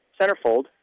centerfold